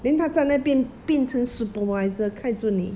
then 他在那边变成 supervisor 看住你